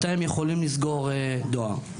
מתי הם יכולים לסגור דואר.